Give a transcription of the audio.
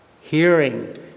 hearing